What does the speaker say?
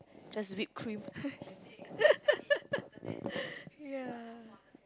just whipped cream ya